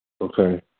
Okay